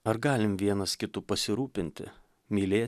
ar galim vienas kitu pasirūpinti mylė